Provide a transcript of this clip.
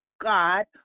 God